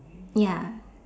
ya